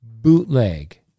bootleg